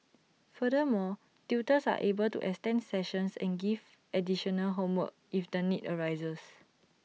further more tutors are able to extend sessions and give additional homework if the need arises